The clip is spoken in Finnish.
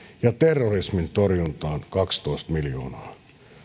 ja terrorismin torjuntaan kaksitoista miljoonaa